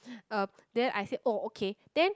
um then I said oh okay then